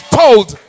told